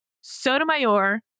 Sotomayor